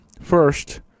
First